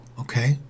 Okay